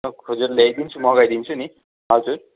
खोजेर ल्याइदिन्छु मगाइदिन्छु नि हजुर